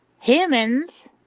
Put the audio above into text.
humans